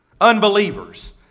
Unbelievers